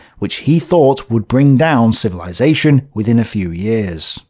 which he thought would bring down civilisation within a few years.